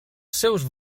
seus